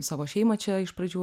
savo šeimą čia iš pradžių